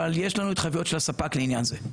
אבל יש לנו התחייבויות של הספק לעניין זה.